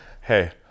hey